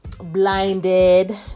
blinded